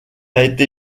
été